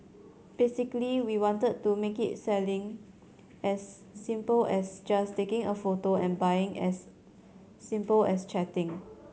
basically we wanted to make it selling as simple as just taking a photo and buying as simple as chatting